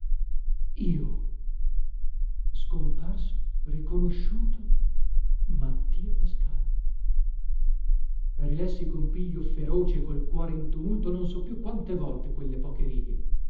io scomparso riconosciuto mattia pascal rilessi con piglio feroce e col cuore in tumulto non so più quante volte quelle poche righe